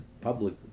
public